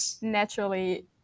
naturally